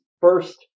first